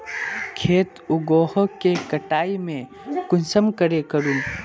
खेत उगोहो के कटाई में कुंसम करे करूम?